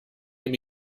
give